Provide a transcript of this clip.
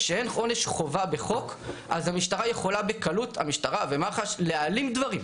כשאין עונש חובה בחוק אז המשטרה ומח"ש יכולים בקלות להעלים דברים,